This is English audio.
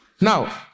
Now